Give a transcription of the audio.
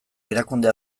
erakunde